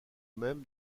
même